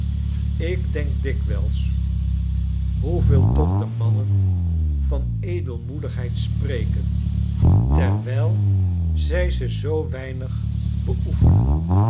ik denk dikwijls hoeveel toch de mannen van edelmoedigheid spreken terwijl zij ze zoo weinig beoefenen